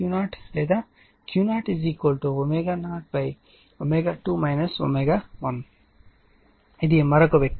Q0 ω0 ω2 ω1 యొక్క మరొక వ్యక్తీకరణ